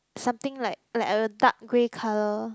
something like like a dark grey colour